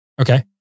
Okay